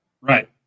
Right